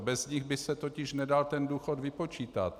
Bez nich by se totiž nedal důchod vypočítat.